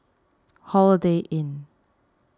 Holiday Inn